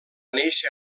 néixer